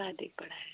शादी पड़ा है